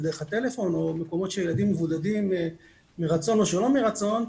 אז דרך הטלפון או מקומות שילדים מבודדים מרצון או שלא מרצון,